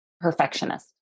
perfectionist